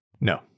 No